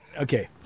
Okay